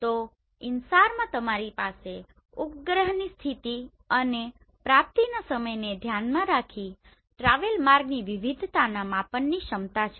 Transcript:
તો InSAR માં તમારી પાસે ઉપગ્રહની સ્થિતિ અને પ્રાપ્તિના સમયને ધ્યાનમાં રાખીને ટ્રાવેલ માર્ગની વિવિધતાના માપનની ક્ષમતા છે